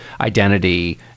identity